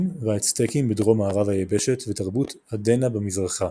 והאצטקים בדרום-מערב היבשת ותרבות אדנה במזרחה.